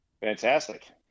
Fantastic